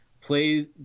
plays